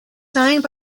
signed